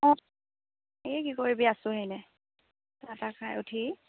অঁ এই কি কৰিবি আছোঁ এনেই চাহ তাহ খাই উঠি